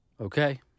okay